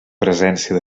presència